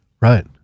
right